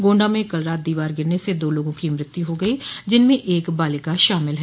गोण्डा में कल रात दीवार गिरने से दो लोगों की मृत्यु हो गई जिनमें एक बालिका शामिल है